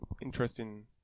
interesting